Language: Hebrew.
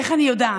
איך אני יודעת?